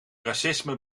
racisme